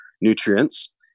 nutrients